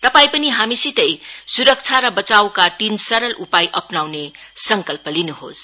तपाईं पनि हामीसितै सुरक्षा र बचाईका तीन सरल उपाय अप्नाउने संकल्प गर्नुहोस